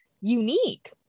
unique